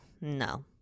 no